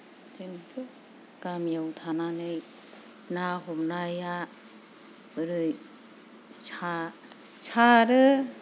जोंथ' गामियाव थानानै ना हमानाया ओरै सा सारो